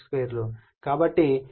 కాబట్టి 50 10 4 మీటర్ 2